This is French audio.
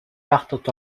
partent